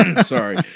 Sorry